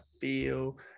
feel